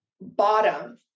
bottom